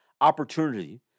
opportunity